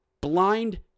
blind